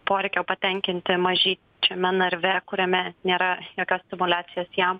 poreikio patenkinti mažyčiame narve kuriame nėra jokios stimuliacijos jam